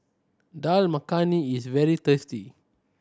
Dal Makhani is very tasty